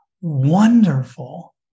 wonderful